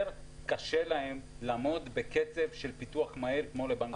קשה להם יותר לעמוד בקצב של פיתוח מהיר כמו לבנק גדול.